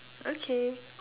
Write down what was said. okay